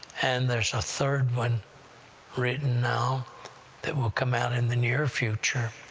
and there's a third one written now that will come out in the near future,